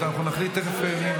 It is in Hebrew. אנחנו נחליט תכף מי,